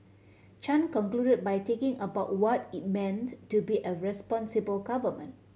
Chan conclusion by taking about what it meant to be a responsible government